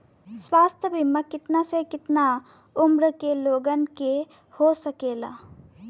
स्वास्थ्य बीमा कितना से कितना उमर के लोगन के हो सकेला?